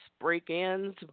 break-ins